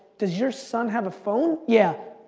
does your son have a phone? yeah.